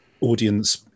audience